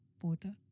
border